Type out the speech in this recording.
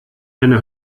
eine